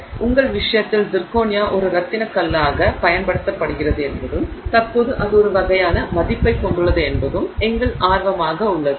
எனவே எங்கள் விஷயத்தில் சிர்கோனியா ஒரு ரத்தினக் கல்லாகப் பயன்படுத்தப்படுகிறது என்பதும் தற்போது அது ஒரு வகையான மதிப்பைக் கொண்டுள்ளது என்பதும் எங்கள் ஆர்வமாக உள்ளது